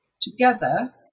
together